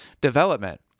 development